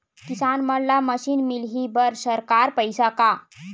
किसान मन ला मशीन मिलही बर सरकार पईसा का?